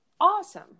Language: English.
awesome